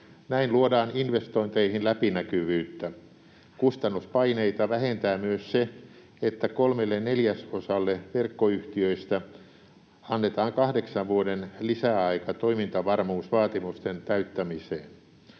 Näin luodaan investointeihin läpinäkyvyyttä. Kustannuspaineita vähentää myös se, että kolmelle neljäsosalle verkkoyhtiöistä annetaan 8 vuoden lisäaika toimintavarmuusvaatimusten täyttämiseen.